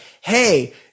Hey